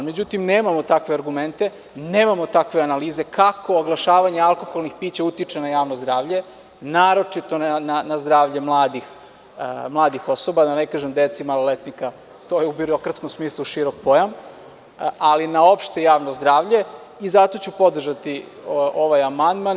Međutim, nemamo takve argumente, nemamo takve analize kako oglašavanje alkoholnih pića utiče na javno zdravlje, naročito na zdravlje mladih osoba, da ne kažem dece i maloletnika, to je u birokratskom smislu širok pojam, ali na opšte javno zdravlje i zato ću podržati ovaj amandman.